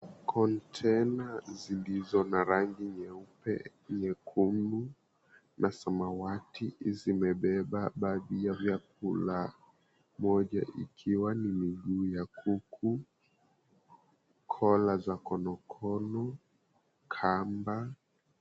Container zilizo na rangi nyeupe, nyekundu na samawati zimebeba baadhi ya vyakula; moja ikiwa ni miguu ya kuku, kola za konokono, kamba.